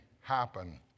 happen